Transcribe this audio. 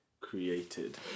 created